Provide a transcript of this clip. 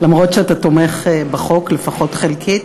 אף-על-פי שאתה תומך בחוק לפחות חלקית.